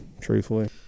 truthfully